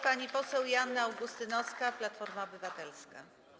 Pani poseł Joanna Augustynowska, Platforma Obywatelska.